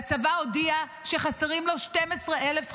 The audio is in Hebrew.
והצבא הודיע שחסרים לו 12,000 חיילים,